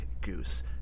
Goose